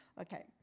Okay